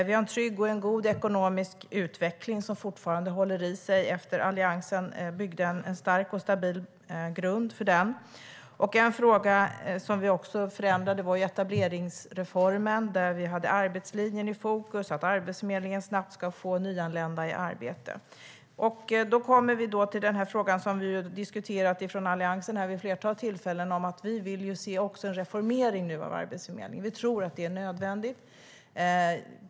Vi har en trygg och en god ekonomisk utveckling som fortfarande håller i sig efter det att Alliansen byggde en stark och stabil grund för detta. Något som vi också införde var etableringsreformen där vi hade arbetslinjen i fokus för att Arbetsförmedlingen snabbt skulle få nyanlända i arbete. Då kommer vi till den fråga som vi från Alliansen har diskuterat vid ett flertal tillfällen. Vi vill se en reformering av Arbetsförmedlingen. Vi tror att det är nödvändigt.